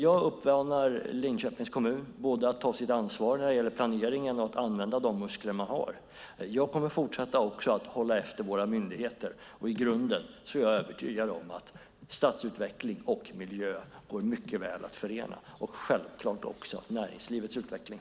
Jag uppmanar alltså Linköpings kommun både att ta sitt ansvar när det gäller planeringen och att använda de muskler de har. Jag kommer också att fortsätta hålla efter våra myndigheter, och i grunden är jag övertygad om att stadsutveckling, miljö och näringslivets utveckling mycket väl går att förena.